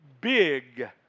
big